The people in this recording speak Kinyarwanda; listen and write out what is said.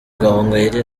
gahongayire